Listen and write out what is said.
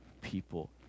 people